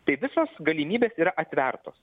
tai visos galimybės yra atvertos